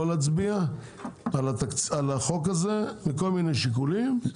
להצביע על החוק הזה מכל מיני שיקולים,